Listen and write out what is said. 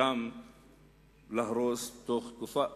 גם להרוס בתוך תקופה.